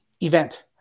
event